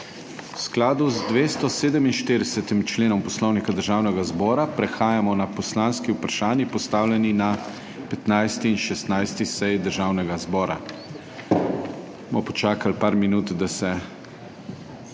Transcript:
V skladu z 247. členom Poslovnika Državnega zbora prehajamo na poslanski vprašanji, postavljeni na 15. in 16. seji Državnega zbora. Počakali bomo par minut, da se